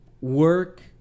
work